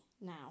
now